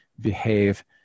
behave